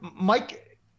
Mike